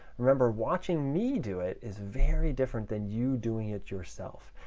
remember, watching me do it is very different than you doing it yourself.